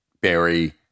Barry